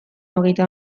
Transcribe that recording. hogeita